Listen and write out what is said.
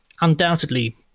undoubtedly